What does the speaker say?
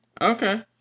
Okay